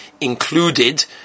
included